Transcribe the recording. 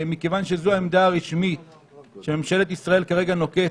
מכיוון שזו העמדה הרשמית שממשלת כרגע נוקטת,